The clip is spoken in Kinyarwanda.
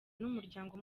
n’umuryango